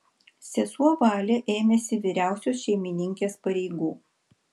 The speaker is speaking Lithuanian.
sesuo valė ėmėsi vyriausios šeimininkės pareigų